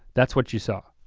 that's what you saw.